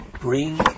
bring